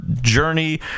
journey